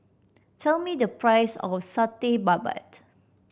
tell me the price of Satay Babat